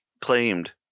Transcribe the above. claimed